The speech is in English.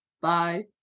Bye